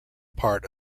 part